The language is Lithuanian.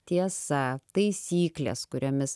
tiesa taisyklės kuriomis